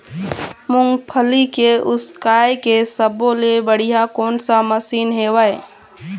मूंगफली के उसकाय के सब्बो ले बढ़िया कोन सा मशीन हेवय?